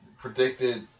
predicted